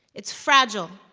it's fragile.